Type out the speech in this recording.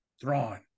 Thrawn